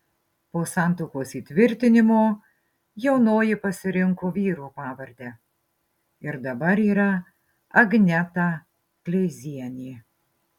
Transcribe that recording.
po santuokos įtvirtinimo jaunoji pasirinko vyro pavardę ir dabar yra agneta kleizienė